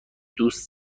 دوست